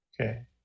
okay